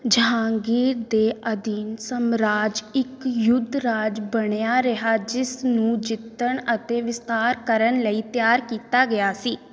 ਜਹਾਂਗੀਰ ਦੇ ਅਧੀਨ ਸਮਰਾਜ ਇੱਕ ਯੁੱਧ ਰਾਜ ਬਣਿਆ ਰਿਹਾ ਜਿਸ ਨੂੰ ਜਿੱਤਣ ਅਤੇ ਵਿਸਤਾਰ ਕਰਨ ਲਈ ਤਿਆਰ ਕੀਤਾ ਗਿਆ ਸੀ